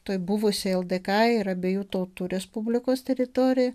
toj buvusioje ldk ir abiejų tautų respublikos teritorijoje